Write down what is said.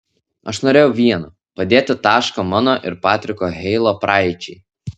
aš norėjau vieno padėti tašką mano ir patriko heilo praeičiai